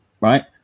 right